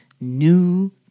new